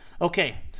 okay